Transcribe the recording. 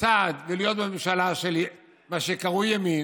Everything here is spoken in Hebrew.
צעד ולהיות בממשלה מה שקרוי ימין,